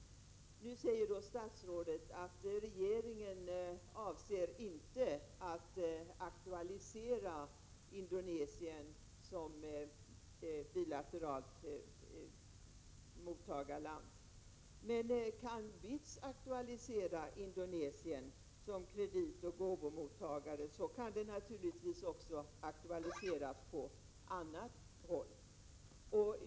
Då säger statsrådet att regeringen inte avser att aktualisera Indonesien som bilateralt mottagarland. Men kan BITS aktualisera Indonesien som kreditoch gåvomottagare, kan den saken naturligtvis också aktualiseras på annat håll.